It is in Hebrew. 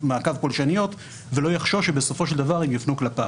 מעקב פולשניות ולא יחשוש בסופו של דבר שהן יופנו כלפיו.